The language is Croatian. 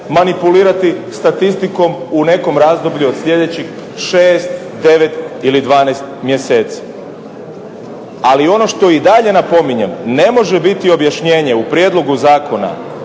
manipulirati statistikom u nekom razdoblju od sljedećih 6, 9 ili 12 mjeseci. Ali ono što i dalje napominjem ne može biti objašnjenje u prijedlogu zakona